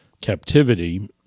captivity